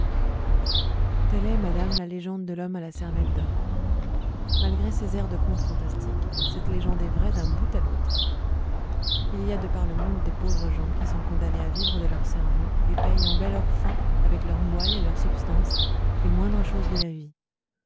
est madame la légende de l'homme à la cervelle d'or malgré ses airs de conte fantastique cette légende est vraie d'un bout à l'autre il y a par le monde de pauvres gens qui sont condamnés à vivre de leur cerveau et payent en bel or fin avec leur moelle et leur substance les moindres choses de la vie